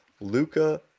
Luca